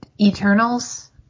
eternals